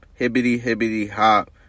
hibbity-hibbity-hop